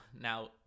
now